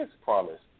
promise